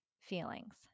feelings